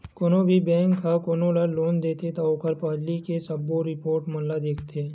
कोनो भी बेंक ह कोनो ल लोन देथे त ओखर पहिली के सबो रिपोट मन ल देखथे